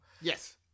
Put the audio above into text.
Yes